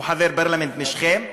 הוא חבר פרלמנט משכם.